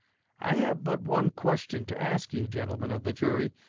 i have but one question to ask you, gentlemen of the jury.